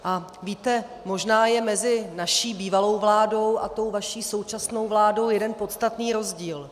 A víte, možná je mezi naší bývalou vládou a tou vaší současnou vládou jeden podstatný rozdíl.